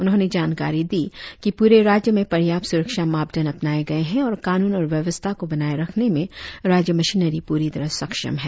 उन्होंने जानकारी दी कि पूरे राज्य में पर्याप्त सुरक्षा मापदंड अपनाए गए है और कानून और व्यवस्था को बनाए रखने में राज्य मशीनरी पूरी तरह सक्षम है